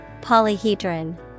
Polyhedron